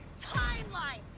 timeline